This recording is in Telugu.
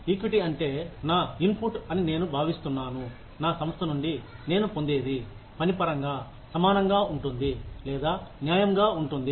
ఈక్విటీ అంటే నా ఇన్పుట్ అని నేను భావిస్తున్నాను నా సంస్థ నుండి నేను పొందేది పని పరంగా సమానంగా ఉంటుంది లేదా న్యాయంగా ఉంటుంది